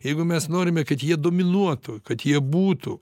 jeigu mes norime kad jie dominuotų kad jie būtų